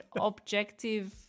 objective